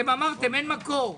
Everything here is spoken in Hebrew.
אמרתם שאין מקור.